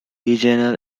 regional